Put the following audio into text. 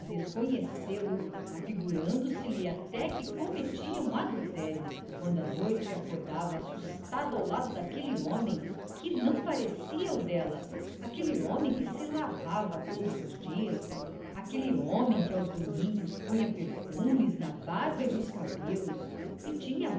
desconhecê lo afigurando se lhe até que cometia um adultério quando à noite acordava assustada ao lado daquele homem que não parecia o dela aquele homem que se lavava todos os dias aquele homem que aos domingos punha perfumes na barba e nos cabelos e tinha